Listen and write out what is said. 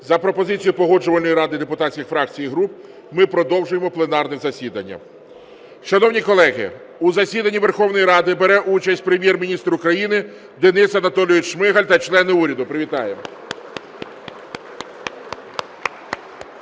за пропозицією Погоджувальної ради депутатських фракцій і груп ми продовжуємо пленарне засідання. Шановні колеги, у засіданні Верховної Ради бере участь Прем'єр-міністр України Денис Анатолійович Шмигаль та члени уряду. Привітаємо.